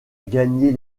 gagner